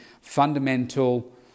fundamental